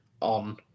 on